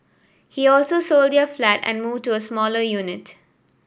he also sold their flat and moved to a smaller unit